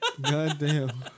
Goddamn